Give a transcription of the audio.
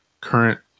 current